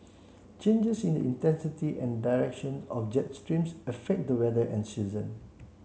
changes in the intensity and direction of jet streams affect the weather and season